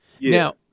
Now